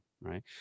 right